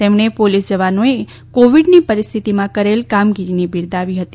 તેમણે પોલીસ જવાનોએ કોવીડની પરિસ્થિતિમાં કરેલ કામગીરીને બિરદાવી હતી